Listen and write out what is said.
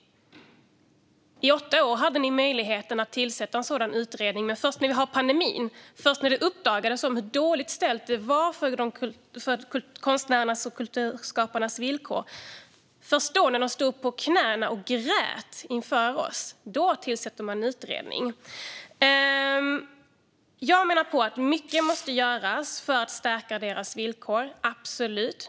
I åtta år hade ni möjlighet att tillsätta en utredning, men först under pandemin, när det uppdagades hur dåliga villkor konstnärer och kulturskapare hade, när de stod på knäna och grät inför oss, tillsatte ni en utredning, Amanda Lind. Jag menar att mycket måste göras för att stärka deras villkor.